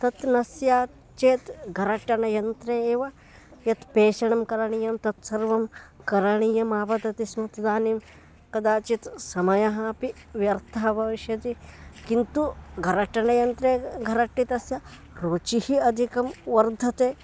तत् न स्यात् चेत् गरटनयन्त्रे एव यत् पेषणं करणीयं तत् सर्वं करणीयम् आपतति स्म तदानीं कदाचित् समयः अपि व्यर्थः भविष्यति किन्तु गरटनयन्त्रे गरटितस्य रुचिः अधिकं वर्धते